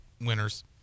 winners